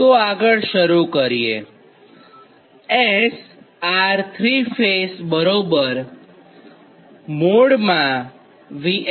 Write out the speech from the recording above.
તો આગળ શરૂ કરીએ